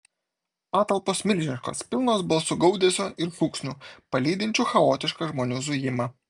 patalpos milžiniškos pilnos balsų gaudesio ir šūksnių palydinčių chaotišką žmonių zujimą